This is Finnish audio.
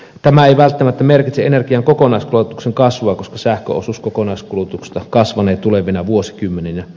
tämä ei välttämättä merkitse energian kokonaiskulutuksen kasvua koska sähkön osuus kokonaiskulutuksesta kasvanee tulevina vuosikymmeninä